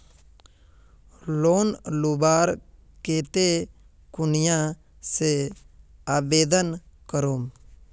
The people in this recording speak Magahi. लोन लुबार केते कुनियाँ से आवेदन करूम?